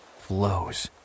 flows